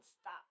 stop